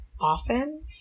often